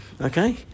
okay